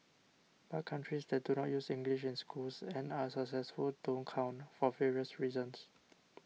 but countries that do use English in schools and are successful don't count for various reasons